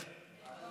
ועדת החינוך.